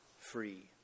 free